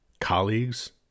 colleagues